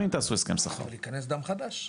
אבל ייכנס דם חדש.